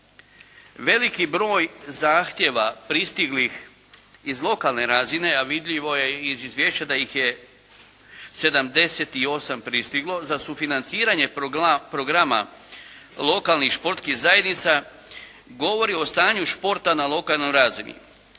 Veliki broj zahtjeva pristiglih iz lokalne razine, a vidljivo je iz izvješća da ih je 78 pristiglo za sufinanciranje programa lokalnih športskih zajednica, govori o stanju športa na lokalnoj razini,